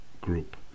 group